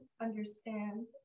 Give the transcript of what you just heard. understand